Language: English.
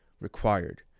required